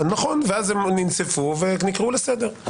נכון, ואז הם ננזפו ונקראו לסדר.